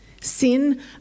Sin